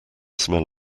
smell